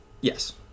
Yes